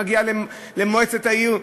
מגיעה למועצת העיר,